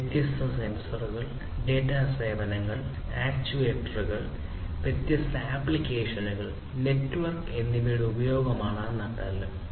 വ്യത്യസ്ത സെൻസറുകൾ ഡാറ്റാ സേവനങ്ങൾ ആക്റ്റേറ്ററുകൾ വാസ്തവത്തിൽ വ്യത്യസ്ത ആപ്ലിക്കേഷനുകൾ നെറ്റ്വർക്ക് എന്നിവയുടെ ഉപയോഗമാണ് നട്ടെല്ല്